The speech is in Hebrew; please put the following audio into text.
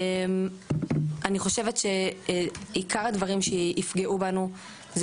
אני חושבת שעיקר הדברים שיפגעו בנו זה